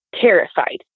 terrified